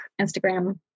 Instagram